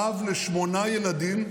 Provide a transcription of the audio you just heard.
אב לשמונה ילדים,